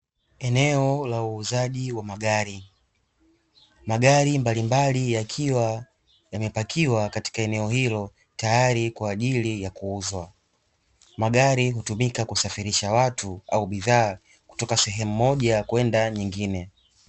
Eneo la uuzaji wa magari, magari mbalimbali yakiwa yamepakiwa katika eneo hilo tayari kwa ajili ya kuuzwa, magari hutumika kusafirisha watu au bidhaa kutoka sehemu moja kwenda nyingine.